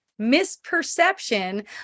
misperception